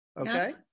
Okay